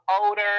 older